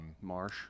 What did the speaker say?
Marsh